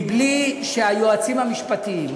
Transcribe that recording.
בלי שהיועצים המשפטים,